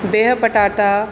बिहु पटाटा